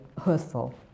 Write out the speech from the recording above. hurtful